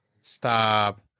Stop